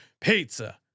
pizza